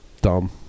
dumb